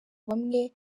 bamwe